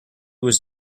was